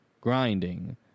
grinding